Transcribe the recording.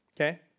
okay